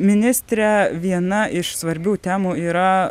ministre viena iš svarbių temų yra